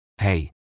Hey